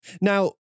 Now